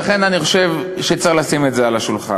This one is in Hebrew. לכן אני חושב שצריך לשים את זה על השולחן.